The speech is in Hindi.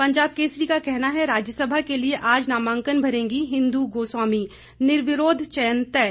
पंजाब केसरी का कहना है राज्यसभा के लिए आज नामांकन भरेंगी इंदु गोस्वामी निर्विरोध चयन तय